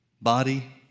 Body